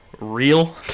real